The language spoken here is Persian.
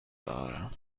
دارم